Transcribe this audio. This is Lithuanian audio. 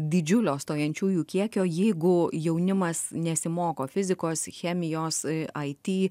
didžiulio stojančiųjų kiekio jeigu jaunimas nesimoko fizikos chemijos it